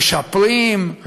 משפרים,